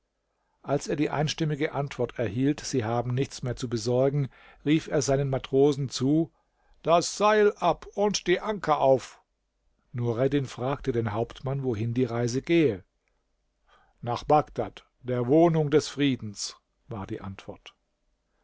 als er die einstimmige antwort erhielt sie haben nichts mehr zu besorgen rief er seinen matrosen zu das seil ab und die anker auf nureddin fragte den hauptmann wohin die reise gehe nach bagdad der wohnung des friedens war die antwort